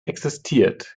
existiert